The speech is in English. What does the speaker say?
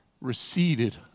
receded